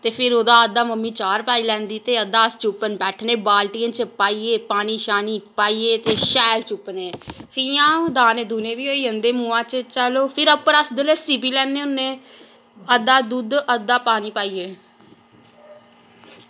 ते फिर उ'दा अद्धा मम्मी चार पाई लैंदी ते अद्धा अस चुप्पन बैठने बाल्टियें च पाइयै पानी शानि पाइयै ते शैल चुप्पने फ्ही इ'यां दाने दुने बी होई जन्दे मूहां च चलो फिर उप्परा अस द लस्सी पी लैन्ने होन्ने अद्धा दुद्ध अद्धा पानी पाइयै